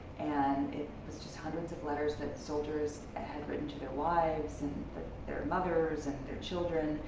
and it was just hundreds of letters that soldiers ah had written to their wives and but their mothers and their children.